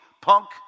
Punk